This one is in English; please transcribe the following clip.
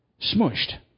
smushed